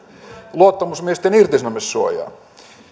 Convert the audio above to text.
luottamusmiesten irtisanomissuojaa